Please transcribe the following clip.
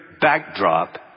backdrop